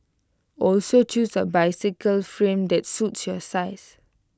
also choose A bicycle frame that suits your size